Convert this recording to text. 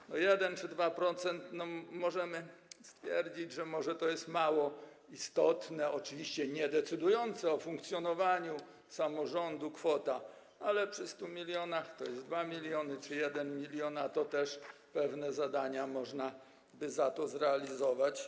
1% czy 2% - możemy stwierdzić, że może to jest mało istotna, oczywiście niedecydująca o funkcjonowaniu samorządu kwota, ale przy 100 mln to jest 2 mln czy 1 mln, a też pewne zadania można by za to zrealizować.